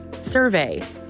survey